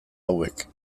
hauek